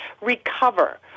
recover